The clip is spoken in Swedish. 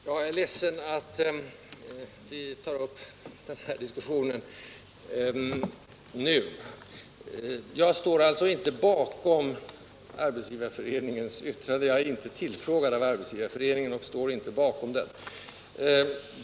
Herr talman! Jag är ledsen för att vi får en sådan här diskussion nu. Jag ställer mig alltså inte bakom Arbetsgivareföreningens yttrande — jag är inte tillfrågad av Arbetsgivareföreningen.